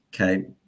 okay